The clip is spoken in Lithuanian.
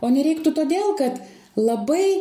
o nereiktų todėl kad labai